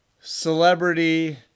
celebrity